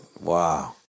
Wow